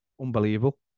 unbelievable